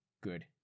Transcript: Good